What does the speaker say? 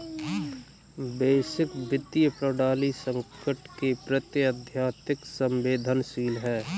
वैश्विक वित्तीय प्रणाली संकट के प्रति अत्यधिक संवेदनशील है